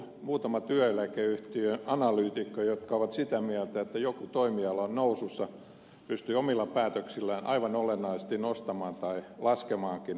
muutama työeläkeyhtiöanalyytikko joka on sitä mieltä että joku toimiala on nousussa pystyy omilla päätöksillään aivan olennaisesti nostamaan tai laskemaankin pörssikurssia